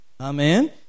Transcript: Amen